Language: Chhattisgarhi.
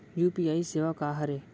यू.पी.आई सेवा का हरे?